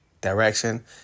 direction